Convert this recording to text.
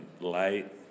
light